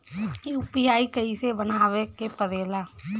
UPI कइसे बनावे के परेला?